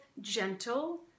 gentle